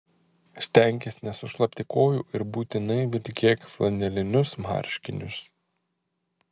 stenkis nesušlapti kojų ir būtinai vilkėk flanelinius marškinius